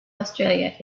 australia